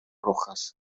rojas